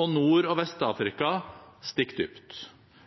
og Nord- og Vest-Afrika stikker dypt.